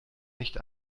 nicht